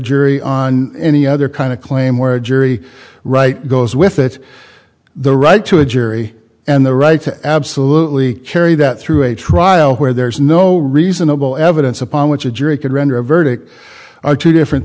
jury on any other kind of claim where a jury right goes with it the right to a jury and the right to absolutely carry that through a trial where there is no reasonable evidence upon which a jury could render a verdict are two different